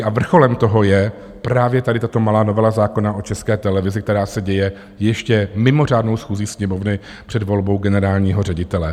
Vrcholem toho je právě tady tato malá novela zákona o České televizi, která se děje ještě mimořádnou schůzí Sněmovny před volbou generálního ředitele.